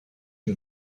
une